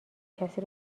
کسی